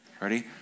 Ready